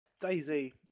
Daisy